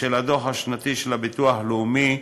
ושל הדוח השנתי של הביטוח הלאומי,